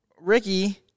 Ricky